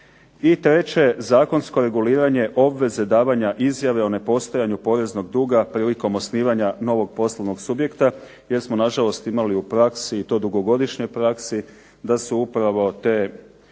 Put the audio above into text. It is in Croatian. treće, zakonsko reguliranje obveze davanja izjave o nepostojanju poreznog duga prilikom osnivanja novog poslovnog subjekta, jer smo nažalost imali u praksi i to dugogodišnjoj praksi da su upravo te,